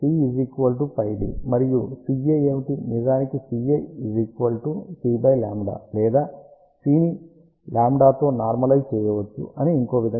మరియు Cλ ఏమిటి నిజానికి Cλ C λ లేదా C ని λ తో నార్మలైజ్ చేయవచ్చు అని ఇంకో విధముగా చెప్పవచ్చు